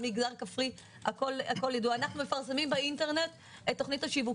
מנהלי עבודה, הנדסאים.